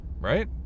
right